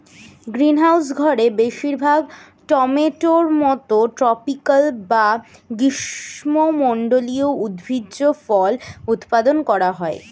greenhouse ঘরে বেশিরভাগ টমেটোর মতো ট্রপিকাল বা গ্রীষ্মমন্ডলীয় উদ্ভিজ্জ ফল উৎপাদন করা হয়